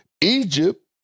Egypt